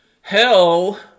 Hell